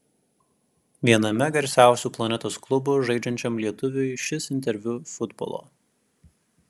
viename garsiausių planetos klubų žaidžiančiam lietuviui šis interviu futbolo